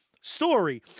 story